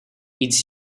its